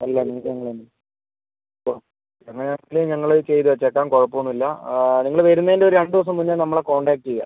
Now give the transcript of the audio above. അല്ല മീൽസ് ഞങ്ങൾ തന്നെ അപ്പം അങ്ങനെ ആണെങ്കിൽ ചെയ്ത് വച്ചേക്കാം കുഴപ്പമൊന്നും ഇല്ല നിങ്ങൾ വരുന്നതിൻ്റെ ഒരു രണ്ട് ദിവസം മുന്നേ നമ്മളെ കോൺടാക്ട് ചെയ്താൽ